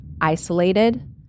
isolated